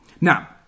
now